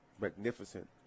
magnificent